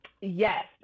Yes